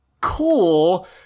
cool